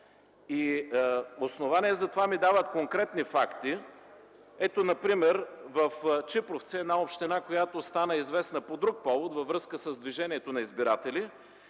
Основание за това ни дават конкретни факти. Например в Чипровци – община, която стана известна по друг повод, във връзка с движението на избиратели,